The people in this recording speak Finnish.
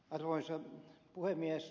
arvoisa puhemies